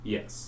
Yes